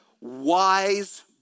wise